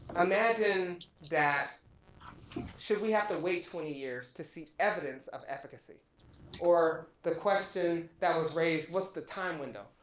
imagine that um should we have to wait twenty years to see evidence of efficacy or the question that was raised, what's the time window.